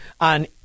on